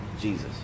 Jesus